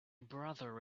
brother